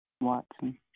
Watson